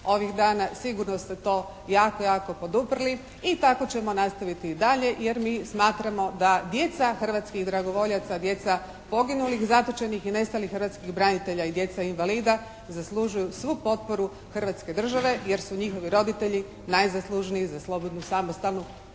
ovih dana. Sigurno ste to jako, jako poduprli i tako ćemo nastaviti i dalje jer mi smatramo da djeca hrvatskih dragovoljaca, djeca poginulih, zatočenih i nestalih hrvatskih branitelja i djeca invalida zaslužuju svu potporu hrvatske države jer su njihovi roditelji najzaslužniji za slobodnu, samostalnu,